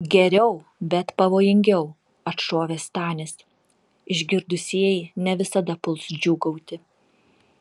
geriau bet pavojingiau atšovė stanis išgirdusieji ne visada puls džiūgauti